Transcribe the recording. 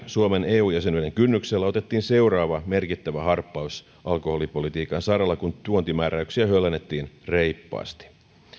suomen eu jäsenyyden kynnyksellä otettiin seuraava merkittävä harppaus alkoholipolitiikan saralla kun tuontimääräyksiä höllennettiin reippaasti